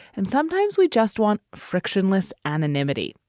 and sometimes we just want frictionless anonymity,